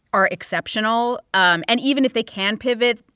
are exceptional. um and even if they can pivot,